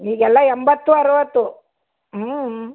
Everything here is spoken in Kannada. ಈಗೆಲ್ಲ ಎಂಬತ್ತು ಅರುವತ್ತು ಹ್ಞೂ